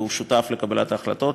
והוא שותף לקבלת החלטות,